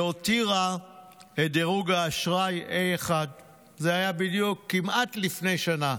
שהותירה את דירוג האשראי 1A. זה היה כמעט לפני שנה,